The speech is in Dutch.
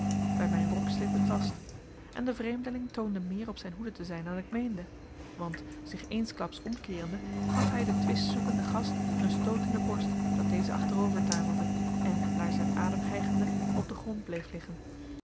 bij mijn rokslippen vast en de vreemdeling toonde meer op zijn hoede te zijn dan ik meende want zich eensklaps omkeerende gaf hij den twistzoekenden gast een stoot in de borst dat deze achterover tuimelde en naar zijn adem hijgende op den grond bleef liggen